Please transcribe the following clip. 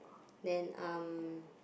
then um